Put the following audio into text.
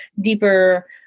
deeper